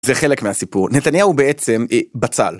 זה חלק מהסיפור, נתניהו הוא בעצם בצל.